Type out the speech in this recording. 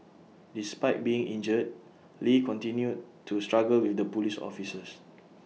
despite being injured lee continued to struggle with the Police officers